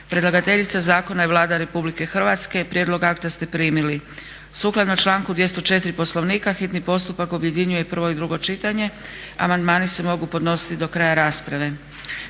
Predlagateljica zakona je Vlada Republike Hrvatske. Prijedlog akta ste primili. Sukladno članku 204. Poslovnika hitni postupak objedinjuje prvo i drugo čitanje. Amandmani se mogu podnositi do kraja rasprave.